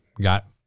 got